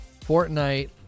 Fortnite